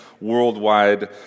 worldwide